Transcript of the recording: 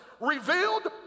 revealed